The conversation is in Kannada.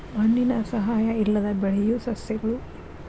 ಮಣ್ಣಿನ ಸಹಾಯಾ ಇಲ್ಲದ ಬೆಳಿಯು ಸಸ್ಯಗಳು